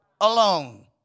alone